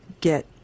get